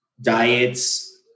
diets